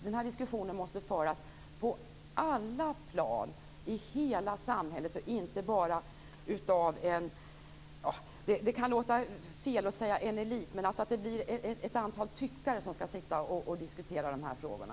Den här diskussionen måste föras på alla plan i hela samhället och inte bara av en elit, även om det kan låta fel att säga så. Det får inte bara bli ett antal tyckare som skall sitta och diskutera de här frågorna.